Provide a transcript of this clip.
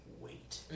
wait